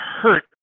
hurt